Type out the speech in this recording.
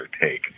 take